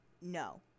no